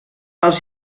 els